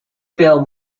film